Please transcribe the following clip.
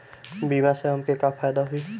बीमा से हमके का फायदा होई?